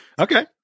okay